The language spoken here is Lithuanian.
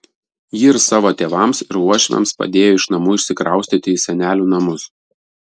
ji ir savo tėvams ir uošviams padėjo iš namų išsikraustyti į senelių namus